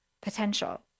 potential